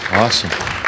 Awesome